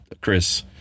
Chris